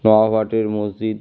নবাবহাটের মসজিদ